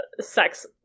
sex